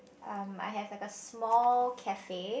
um I have like a small cafe